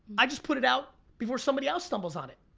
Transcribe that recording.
i just put it out before somebody else stumbles on it.